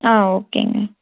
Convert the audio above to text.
ஆ ஓகேங்க